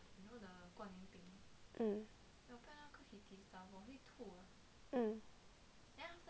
mm mm